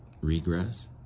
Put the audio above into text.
Regress